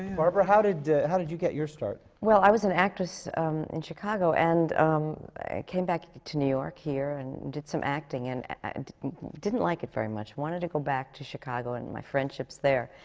barbara, how did how did you get your start? well, i was an actress in chicago, and i came back to new york here and did some acting and and didn't like it very much, wanted to go back to chicago and my friendships there.